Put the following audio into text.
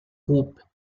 groupes